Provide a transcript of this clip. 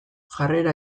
jarrera